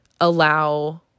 allow